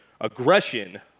Aggression